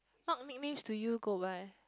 what nicknames do you go by